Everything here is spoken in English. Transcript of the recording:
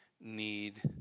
need